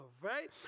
right